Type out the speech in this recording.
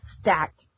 stacked